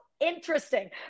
interesting